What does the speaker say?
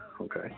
Okay